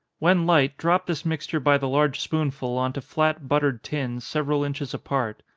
when light, drop this mixture by the large spoonful on to flat, buttered tins, several inches apart.